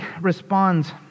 responds